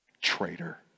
Traitor